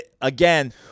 again